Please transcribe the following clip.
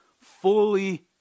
fully